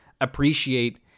appreciate